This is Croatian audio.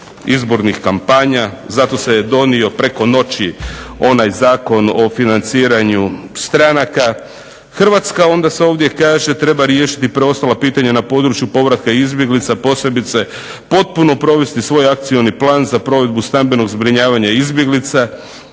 izbornih kampanja. Zato se je donio preko noći onaj Zakon o financiranju stranaka. Hrvatska, onda se ovdje kaže, treba riješiti preostala pitanja na području povratka izbjeglica, posebice potpuno provesti svoj akcioni plan za provedbu stambenog zbrinjavanja izbjeglica,